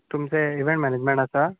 तुमचें event management आसा